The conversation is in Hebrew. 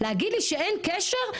להגיד לי שאין קשר,